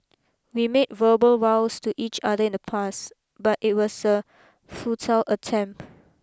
we made verbal vows to each other in the past but it was a futile attempt